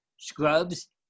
Scrubs